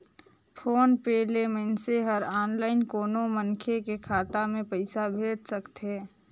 phone पे ले मइनसे हर आनलाईन कोनो मनखे के खाता मे पइसा भेज सकथे